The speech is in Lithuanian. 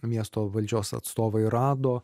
miesto valdžios atstovai rado